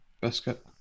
biscuit